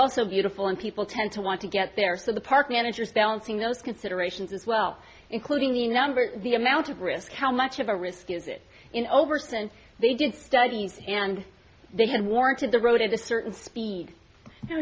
also beautiful and people tend to want to get there so the park manager is balancing those considerations as well including the number the amount of risk how much of a risk is it in overton they did studies and they had worn to the road at a certain speed